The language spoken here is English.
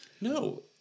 No